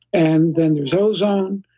and then there's ozone,